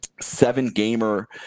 seven-gamer